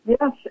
Yes